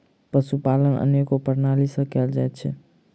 पशुपालन अनेको प्रणाली सॅ कयल जाइत छै